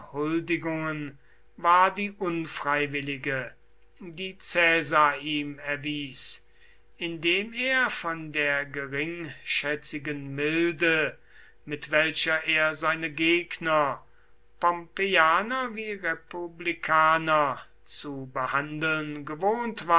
huldigungen war die unfreiwillige die caesar ihm erwies indem er von der geringschätzigen milde mit welcher er seine gegner pompeianer wie republikaner zu behandeln gewohnt